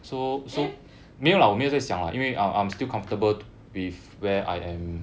then